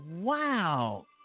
Wow